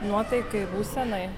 nuotaikai būsenai